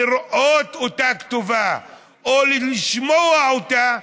לראות אותה כתובה או לשמוע אותה,